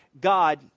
God